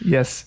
Yes